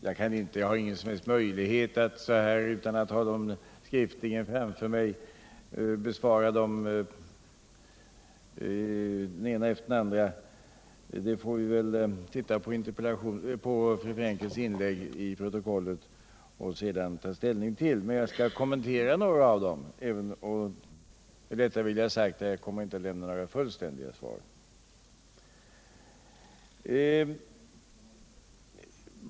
Jag har ingen möjlighet att utan att se dem skriftligen framför mig besvara dem i tur och ordning, utan jag får väl läsa Ingegärd Frenkels inlägg i protokollet senare och ta ställning. Men jag skall kommentera några av frågorna här. Till detta vill jag dock ha sagt att jag inte kommer att lämna några fullständiga svar.